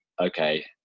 okay